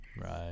right